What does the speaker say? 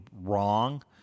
wrong